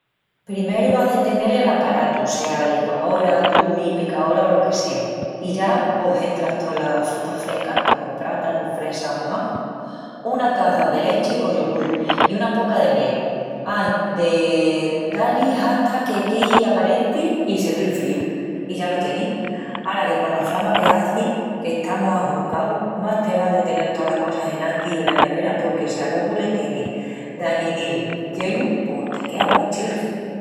Primeru as de tenel el aparatu, sea licuaora, turmi, picaora o lo que sea. I ya, pos entras tolas frutas frescas (comu prátanu, fresas o mangu) con 1 taça de lechi o yogul i una poca de miel. Ai de da-li hata que quei aparenti i servil fríu. I ya lo tienis. Ara, que cona flama que hazi, qu'estamus ajuncaus, más te val de tenel tolas cosas enantis ena nevera porque si alogu le tienis d'añidil gielu, pos te quea aguachilri.